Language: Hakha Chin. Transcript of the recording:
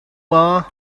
maw